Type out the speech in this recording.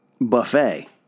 Buffet